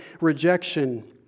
rejection